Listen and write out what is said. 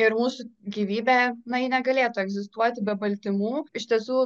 ir mūsų gyvybė na ji negalėtų egzistuoti be baltymų iš tiesų